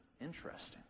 Interesting